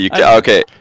okay